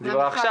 האחרים,